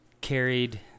carried